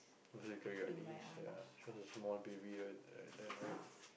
oh so you carry your niece ya she was a small baby at at then right